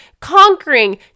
Conquering